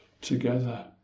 together